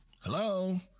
Hello